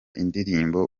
indirimbo